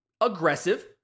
Aggressive